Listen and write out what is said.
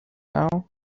now